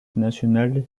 national